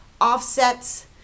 offsets